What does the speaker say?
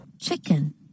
Chicken